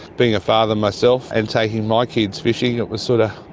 being a father myself and taking my kids fishing, it was sort of